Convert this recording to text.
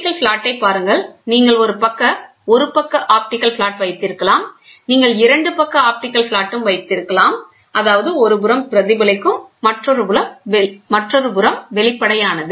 optical பிளாட்டைப் பாருங்கள் நீங்கள் ஒரு பக்க ஆப்டிகல் பிளாட் வைத்திருக்கலாம் நீங்கள் 2 பக்க ஆப்டிகல் பிளாட் வைத்திருக்கலாம் அதாவது ஒருபுறம் பிரதிபலிக்கும் மற்றொருபுறம் வெளிப்படையானது